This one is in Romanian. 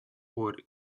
ori